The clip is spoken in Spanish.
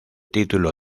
título